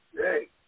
hey